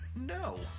No